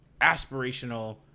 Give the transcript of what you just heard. aspirational